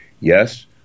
yes